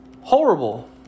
Horrible